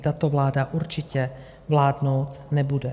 Tato vláda určitě vládnout nebude.